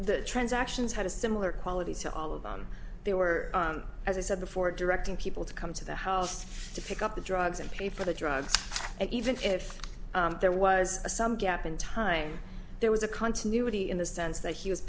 the transactions had a similar qualities to all of them there were as i said before directing people to come to the house to pick up the drugs and pay for the drugs and even if there was some gap in time there was a continuity in the sense that he was